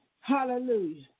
hallelujah